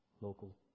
local